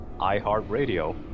iHeartRadio